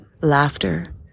laughter